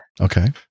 Okay